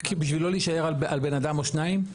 בשביל לא להישאר על בן אדם או שניים.